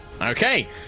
okay